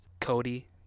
Cody